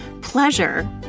pleasure